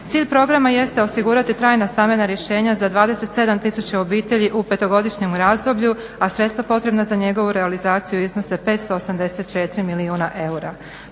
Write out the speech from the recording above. Cilj programa jeste osigurati trajno stambena rješenja za 27 tisuća obitelji u petogodišnjem razdoblju a sredstva potrebna za njegovu realizaciju iznose 584 milijuna eura.